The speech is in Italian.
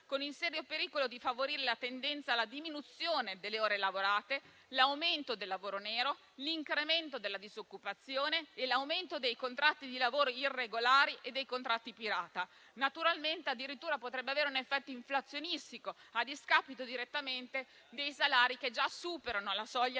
con il serio pericolo di favorire la tendenza alla diminuzione delle ore lavorate, l'aumento del lavoro nero, l'incremento della disoccupazione e l'aumento dei contratti di lavoro irregolari e dei contratti pirata. Addirittura potrebbe avere un effetto inflazionistico, a discapito dei salari che già superano la soglia